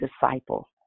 disciple